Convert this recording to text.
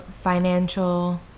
financial